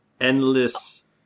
endless